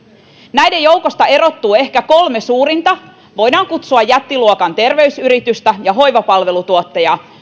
näiden joukosta erottuu ehkä kolme suurinta voidaan kutsua jättiluokan terveysyritystä ja hoivapalvelutuottajaa